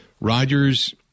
Rodgers